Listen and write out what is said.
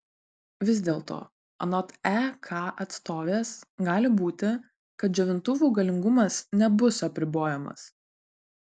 vis dėlto anot ek atstovės gali būti kad džiovintuvų galingumas nebus apribojamas